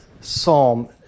psalm